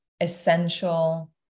essential